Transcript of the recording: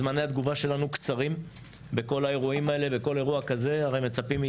זמני התגובה שלנו קצרים בכל האירועים האלה.